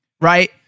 right